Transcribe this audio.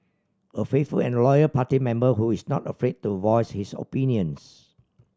a faithful and loyal party member who is not afraid to voice his opinions